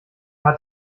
hat